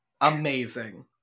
Amazing